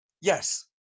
Yes